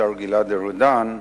השר גלעד ארדן,